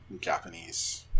Japanese